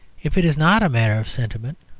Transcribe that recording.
if it is not a matter of sentiment,